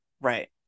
Right